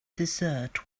desert